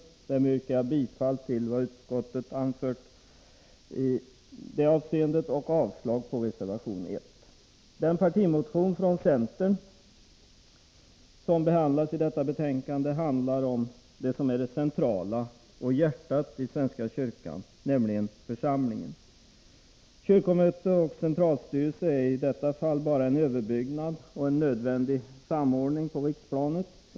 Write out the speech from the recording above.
Därmed yrkar jag bifall till vad utskottet anfört i detta avseende och avslag på reservation 1. Den partimotion från centern som behandlas i detta betänkande rör om det som är det centrala och hjärtat i svenska kyrkan, nämligen församlingen. Kyrkomöte och centralstyrelse är i detta fall bara en överbyggnad och en nödvändig samordning på riksplanet.